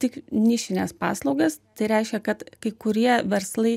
tik nišines paslaugas tai reiškia kad kai kurie verslai